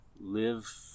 live